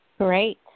Great